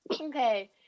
Okay